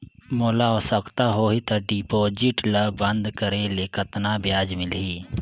मोला आवश्यकता होही त डिपॉजिट ल बंद करे ले कतना ब्याज मिलही?